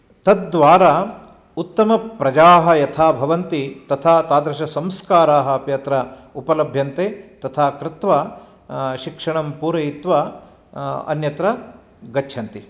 तद्वारा उत्तमप्रजाः यथा भवन्ति तथा तादृशसंस्काराः अपि अत्र उपलभ्यन्ते तथा कृत्वा शिक्षणं पूरयित्वा अन्यत्र गच्छन्ति